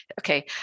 Okay